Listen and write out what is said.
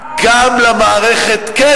גם למערכת, די, די.